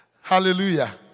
Hallelujah